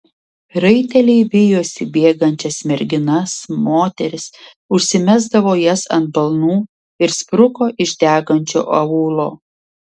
raiteliai vijosi bėgančias merginas moteris užsimesdavo jas ant balnų ir spruko iš degančio aūlo